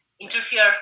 interfere